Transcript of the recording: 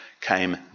came